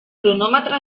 cronòmetre